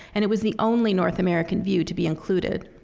and it was the only north american view to be included.